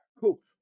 Cool